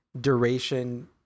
duration